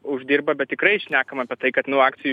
uždirba bet tikrai šnekam apie tai kad nu akcijų